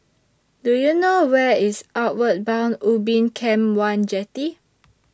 Do YOU know Where IS Outward Bound Ubin Camp one Jetty